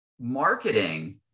marketing